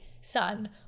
son